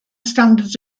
standards